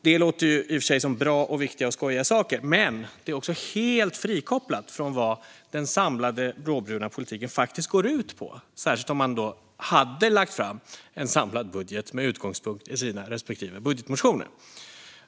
Det låter i och för sig som bra, viktiga och skojiga saker, men det är också helt frikopplat från vad den samlade blåbruna politiken faktiskt går ut på. Det gäller särskilt om man hade lagt fram en samlad budget med utgångspunkt i partiernas respektive budgetmotioner.